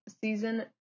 season